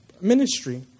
ministry